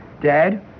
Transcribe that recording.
Dad